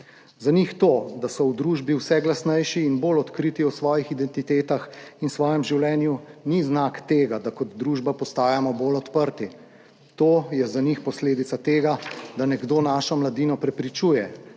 Za njih to, da so v družbi vse glasnejši in bolj odkriti o svojih identitetah in v svojem življenju, ni znak tega, da kot družba postajamo bolj odprti. To je za njih posledica tega, da nekdo našo mladino prepričuje,